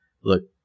Look